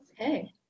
Okay